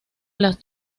las